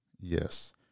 Yes